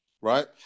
right